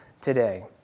today